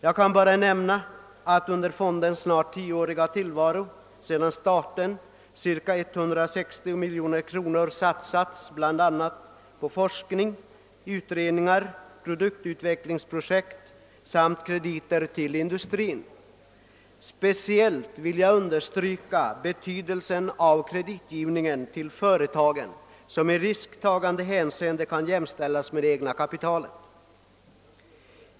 Jag vill här bara nämna att under fondens snart tioåriga tillvaro cirka 160 miljoner kronor har satsats bl.a. på forskning, utredningar, produktutvecklingsprojekt samt kredit till industrin. Speciellt vill jag understryka betydelsen av kreditgivningen till företagen, vilken i risktagningshänseende kan jämställas med eget kapital.